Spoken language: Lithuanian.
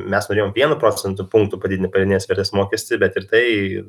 mes norėjom vienu procentu punktu padidinti pridėtinės vertės mokestį bet ir tai